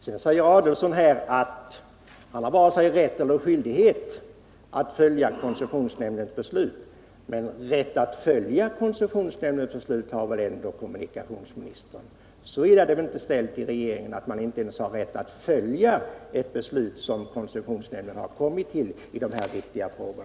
Ulf Adelsohn säger här att han har varken rätt eller skyldighet att följa koncessionsnämndens beslut. Men rätt att följa koncessionsnämnden har väl ändå kommunikationsministern? Så illa är det väl inte ställt i regeringen att maniinte ens har rätt att följa ett beslut som koncessionsnämnden har kommit till i dessa viktiga frågor.